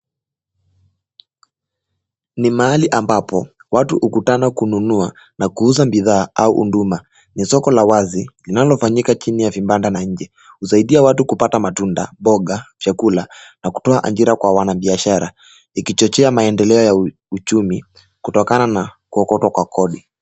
Ni mahali ambapo watu hukutana kununua na kuuza bidhaa au huduma. Ni soko la wazi linalofanyika chini ya vibanda na nje husaidia watu kupata matunda, mboga, chakula na kutoa ajira kwa wanabiashara ikichochea maendeleo ya uchumi kutokana na kuokotwa kwa kodi.